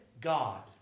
God